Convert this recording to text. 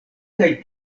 kaj